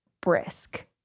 brisk